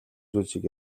зүйлсийг